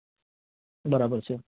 બરાબર છે